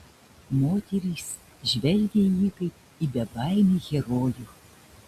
moterys žvelgė į jį kaip į bebaimį herojų